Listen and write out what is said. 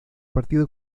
partido